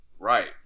Right